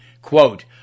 Quote